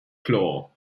claw